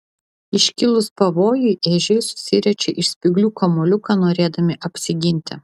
iškilus pavojui ežiai susiriečia į spyglių kamuoliuką norėdami apsiginti